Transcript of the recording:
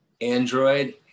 Android